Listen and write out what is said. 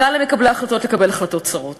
קל למקבלי ההחלטות לקבל החלטות צרות